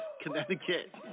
Connecticut